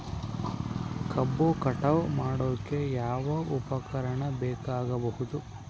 ಕಬ್ಬು ಕಟಾವು ಮಾಡೋಕೆ ಯಾವ ಉಪಕರಣ ಬೇಕಾಗಬಹುದು?